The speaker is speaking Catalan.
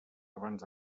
abans